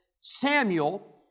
Samuel